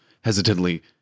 hesitantly